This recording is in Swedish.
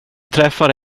träffade